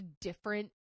different